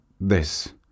this